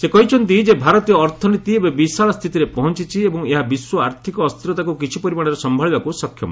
ସେ କହିଛନ୍ତି ଯେ ଭାରତୀୟ ଅର୍ଥନୀତି ଏବେ ବିଶାଳ ସ୍ଥିତିରେ ପହଞ୍ଚୁଛି ଏବଂ ଏହା ବିଶ୍ୱ ଆର୍ଥିକ ଅସ୍ଥିରତାକୁ କିଛି ପରିମାଣରେ ସମ୍ଭାଳିବାକୁ ସକ୍ଷମ